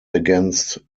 against